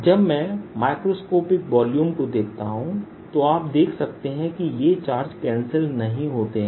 जब मैं microscope volume को देखता हूं तो आप देख सकते हैं कि ये चार्ज कैंसिल नहीं होते हैं